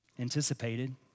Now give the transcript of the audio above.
anticipated